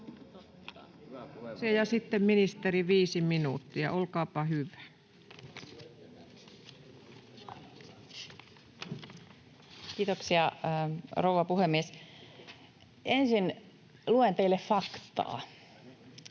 Sitten ministeri, viisi minuuttia, olkaapa hyvä. Kiitoksia, rouva puhemies! Ensin luen teille faktaa.